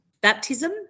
baptism